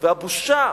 והבושה,